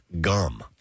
gum